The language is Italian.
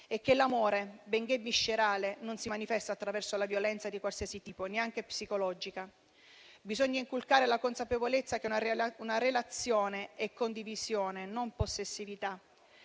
e che l'amore, benché viscerale, non si manifesta attraverso la violenza, di qualsiasi tipo, neanche psicologica. Bisogna inculcare la consapevolezza che una relazione è condivisione, non possessività;